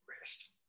rest